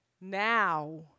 Now